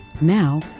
Now